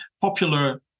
popular